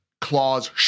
claws